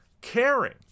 caring